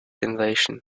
invasion